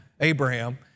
Abraham